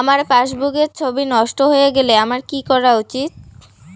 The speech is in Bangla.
আমার পাসবুকের ছবি নষ্ট হয়ে গেলে আমার কী করা উচিৎ?